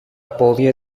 πόδια